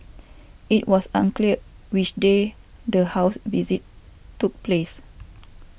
it was unclear which day the house visit took place